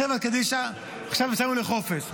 חברה קדישא עכשיו יצאנו לחופש.